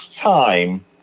time